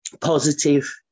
positive